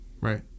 Right